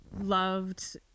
loved